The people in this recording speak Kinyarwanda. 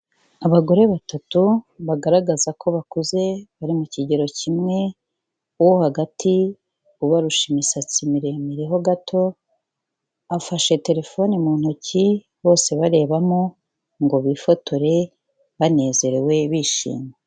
Abagore batatu bagaragaza ko bakuze bari mu kigero kimwe, uwo hagati ubarusha imisatsi miremire ho gato, afashe terephone mu ntoki, bose barebamo ngo bifotore banezerewe bishimye.